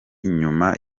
inyuma